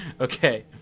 Okay